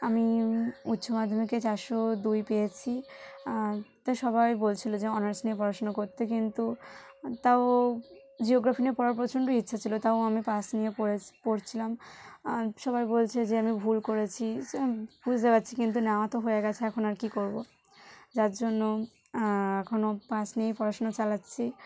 আমি উচ্চ মাধ্যমিকে চারশো দুই পেয়েছি তা সবাই বলছিল যে অনার্স নিয়ে পড়াশোনা করতে কিন্তু তাও জিওগ্রাফি নিয়ে পড়ার প্রচণ্ড ইচ্ছা ছিল তাও আমি পাস নিয়ে পড়ছিলাম সবাই বলছে যে আমি ভুল করেছি সে আমি বুঝতে পারছি কিন্তু নেওয়া তো হয়ে গিয়েছে এখন আর কী করব যার জন্য এখনও পাস নিয়েই পড়াশোনা চালাচ্ছি